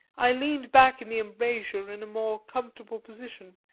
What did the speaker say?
i leaned back in the embrasure in a more comfortable position,